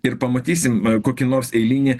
ir pamatysim kokį nors eilinį